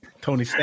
Tony